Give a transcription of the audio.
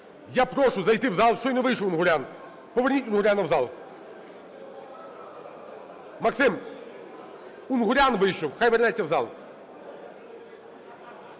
Я прошу зайти в зал. Щойно вийшов Унгурян. Поверніть Унгуряна в зал. Максим, Унгурян вийшов, нехай вернеться в зал.